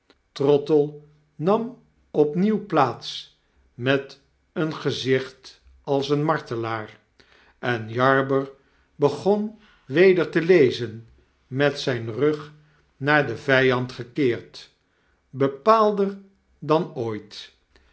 trottle nam opnieuw plaats met een gezicht als een martelaar en jarber begon weder te lezen met zyn rug naar den vyand gekeerd bepaalder dan ooit